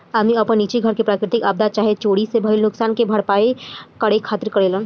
आदमी आपन निजी घर के प्राकृतिक आपदा चाहे चोरी से भईल नुकसान के भरपाया करे खातिर करेलेन